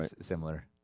similar